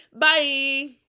bye